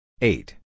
Eight